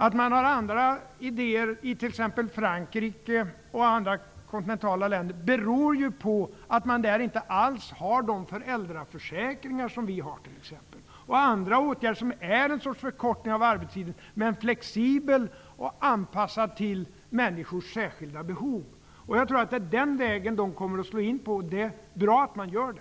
Att man har andra idéer i t.ex. Frankrike och andra kontinentala länder beror ju på att man där inte alls har de föräldraförsäkringar som vi har. Man har vidtagit andra åtgärder som innebär en sorts förkortning av arbetstiden, vilken är flexibel och anpassad till människors särskilda behov. Jag tror att det är den vägen som dessa länder kommer att slå in på, och det är bra att de gör det.